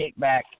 kickback